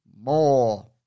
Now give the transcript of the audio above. more